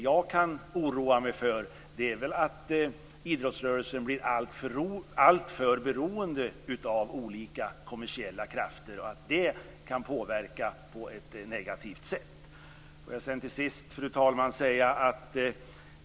Jag oroar mig för att idrottsrörelsen blir alltför beroende av olika kommersiella krafter och att det kan påverka på ett negativt sätt. Fru talman!